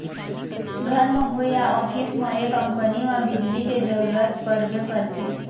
घर म होए या ऑफिस म ये कंपनी म बिजली के जरूरत परबे करथे